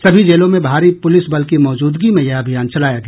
सभी जेलों में भारी पुलिस बल की मौजूदगी में यह अभियान चलाया गया